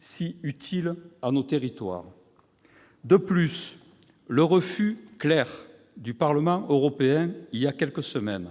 si utile à nos territoires. De plus, le refus clair du Parlement européen, il y a quelques semaines,